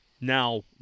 Now